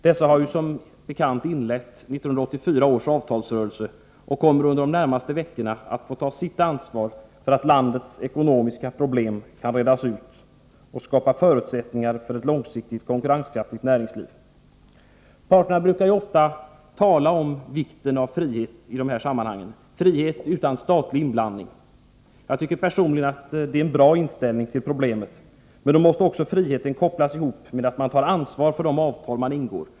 Dessa har ju som bekant inlett 1984 års avtalsrörelse och kommer under de närmaste veckorna att få ta sitt ansvar för att landets ekonomiska problem kan redas ut och förutsättningar skapas för ett långsiktigt konkurrenskraftigt näringsliv. Parterna brukar ofta tala om vikten av frihet i dessa sammanhang, frihet utan statlig inblandning. Jag tycker personligen att det är en bra inställning till problemet. Men då måste också friheten kopplas ihop med att man tar ansvar för de avtal som man ingår.